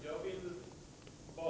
Herr talman!